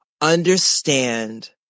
understand